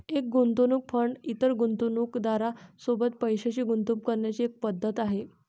एक गुंतवणूक फंड इतर गुंतवणूकदारां सोबत पैशाची गुंतवणूक करण्याची एक पद्धत आहे